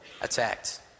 attacked